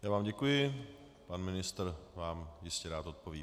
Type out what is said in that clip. Já vám děkuji, pan ministr vám jistě rád odpoví.